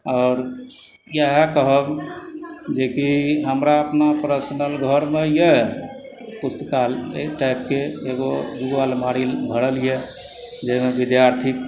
आओर इहे कहब जेकि हमरा अपना प्रश्नल घरमे यऽ पुस्तकालय टाइपके एगो दूगो अलमारी भरल यऽ जाहिमे विद्यार्थी